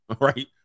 Right